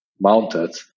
mounted